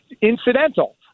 incidental